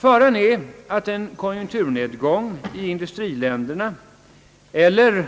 Faran är att en konjunkturnedgång i industriländerna, eller